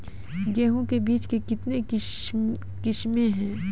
गेहूँ के बीज के कितने किसमें है?